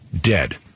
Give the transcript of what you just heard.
dead